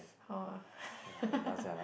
how ah